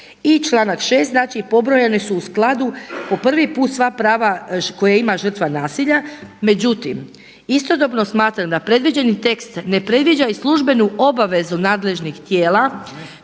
I članak 6. znači pobrojani su u skladu po prvi put sva prava koja ima žrtva nasilja. Međutim, istodobno smatram da predviđeni tekst ne predviđa i službenu obavezu nadležnih tijela